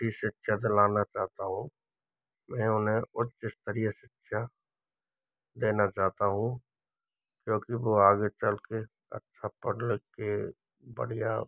अच्छी शिक्षा दिलाना चाहता हूँ मैं उन्हें उच्च स्तरीय शिक्षा देना चाहता हूँ क्योंकि वो आगे चल के अच्छा पढ़ लिख के बढ़िया